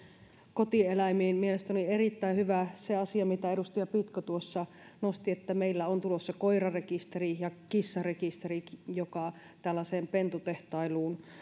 kotieläimistä mielestäni on erittäin hyvä se asia minkä edustaja pitko tuossa nosti että meillä on tulossa koirarekisteri ja kissarekisteri jotka tällaiseen pentutehtailuun